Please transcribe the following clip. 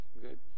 Good